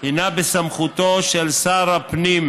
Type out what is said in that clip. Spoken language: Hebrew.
היא בסמכותו של שר הפנים,